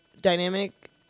dynamic